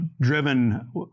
driven